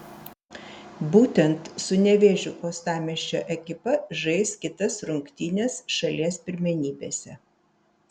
būtent su nevėžiu uostamiesčio ekipa žais kitas rungtynes šalies pirmenybėse